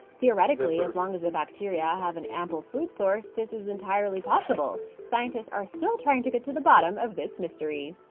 theoretically, as long as the bacteria have an ample food source, this is entirely possible. scientists are still trying to get to the bottom of the mystery.